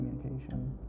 communication